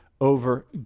over